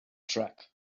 track